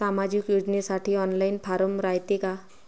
सामाजिक योजनेसाठी online form रायते का?